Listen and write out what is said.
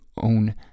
own